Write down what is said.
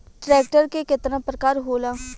Tractor के केतना प्रकार होला?